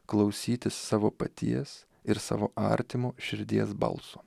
klausytis savo paties ir savo artimo širdies balso